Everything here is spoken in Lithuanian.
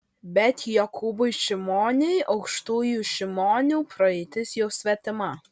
bet jokūbui šimoniui aukštųjų šimonių praeitis jau svetima